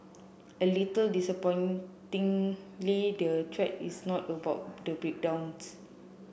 a little disappointingly the thread is not about the breakdowns